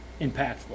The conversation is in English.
impactful